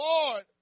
Lord